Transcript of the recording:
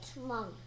mom